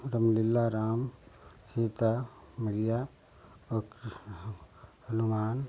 रामलीला राम सीता मईया और कृष्ण हनुमान